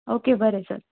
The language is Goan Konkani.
ओके बरें सर